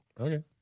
Okay